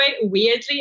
weirdly